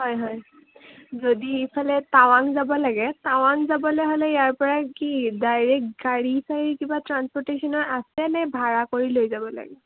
হয় হয় যদি ইফালে টাৱাং যাব লাগে টাৱাং যাবলৈ হ'লে ইয়াৰপৰা কি ডাইৰেক্ট গাড়ী চাড়ী কিবা ট্ৰাঞ্চপৰ্টেশ্যনৰ আছে নে ভাড়া কৰি লৈ যাব লাগে